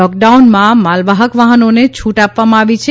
લૉકડાઉનમાં માલવાહક વાહનોને છુટ આપવામાં આવી છે